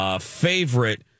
favorite